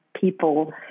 people